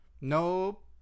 Nope